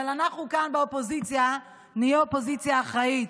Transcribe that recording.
אבל אנחנו כאן באופוזיציה נהיה אופוזיציה אחראית,